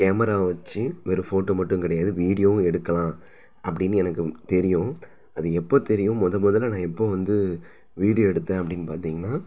கேமராவை வெச்சு வெறும் ஃபோட்டோ மட்டும் கிடையாது வீடியோவும் எடுக்கலாம் அப்படின்னு எனக்கு தெரியும் அது எப்போ தெரியும் மொதல் மொதலில் நான் எப்போ வந்து வீடியோ எடுத்தேன் அப்படின்னு பார்த்தீங்கன்னா